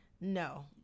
No